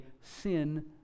sin